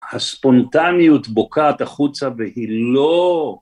הספונטניות בוקעת החוצה והיא לא...!